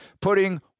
putting